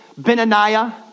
Benaniah